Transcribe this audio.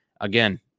again